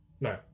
No